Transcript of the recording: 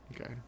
Okay